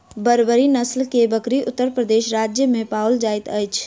बर्बरी नस्ल के बकरी उत्तर प्रदेश राज्य में पाओल जाइत अछि